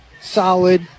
solid